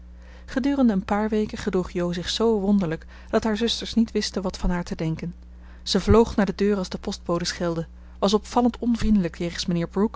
gedurende een paar weken gedroeg jo zich zoo wonderlijk dat haar zusters niet wisten wat van haar te denken ze vloog naar de deur als de postbode schelde was opvallend onvriendelijk jegens mijnheer